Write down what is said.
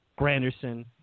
Granderson